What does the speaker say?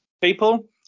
people